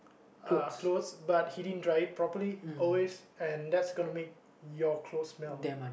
uh clothes but he didn't try it properly always and that's gonna make your clothes smell